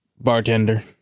Bartender